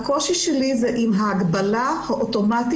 הקושי שלי הוא עם ההגבלה האוטומטית